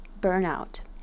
burnout